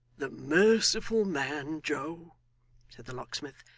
the merciful man, joe said the locksmith,